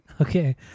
Okay